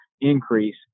increase